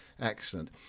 excellent